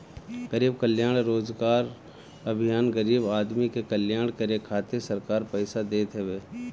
गरीब कल्याण रोजगार अभियान गरीब आदमी के कल्याण करे खातिर सरकार पईसा देत हवे